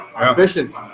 Efficient